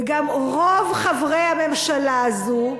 וגם רוב חברי הממשלה הזו,